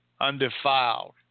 undefiled